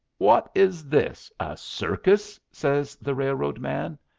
wot is this a circus? says the railroad man.